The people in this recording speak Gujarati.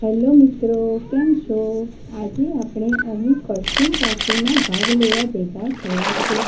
હેલો મિત્રો કેમ છો આજે આપણે અહીં કોસ્ચ્યૂમ પાર્ટીમાં ભાગ લેવા ભેગા થયા છીએ